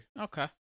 Okay